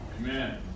Amen